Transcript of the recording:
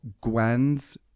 Gwen's